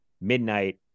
midnight